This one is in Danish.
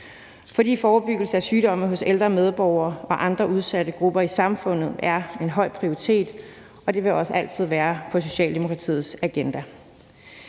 fordi forebyggelse af sygdomme hos ældre medborgere og andre udsatte grupper i samfundet er en høj prioritet, og det vil også altid være på Socialdemokratiets agenda.